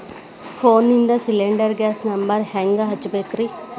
ಫೋನಿಂದ cylinder gas number ಹೆಂಗ್ ಹಚ್ಚ ಬೇಕ್ರಿ?